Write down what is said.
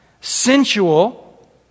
sensual